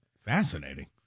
fascinating